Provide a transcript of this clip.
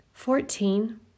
Fourteen